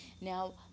Now